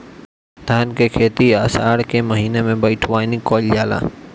धान के खेती आषाढ़ के महीना में बइठुअनी कइल जाला?